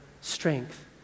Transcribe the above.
strength